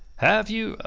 have you?